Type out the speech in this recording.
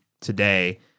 today